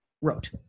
wrote